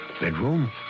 bedroom